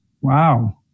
Wow